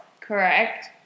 Correct